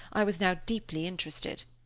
i was now deeply interested.